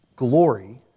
Glory